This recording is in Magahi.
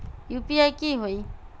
यू.पी.आई की होई?